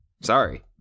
Sorry